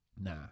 Nah